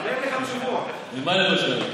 ממה למשל?